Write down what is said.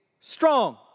strong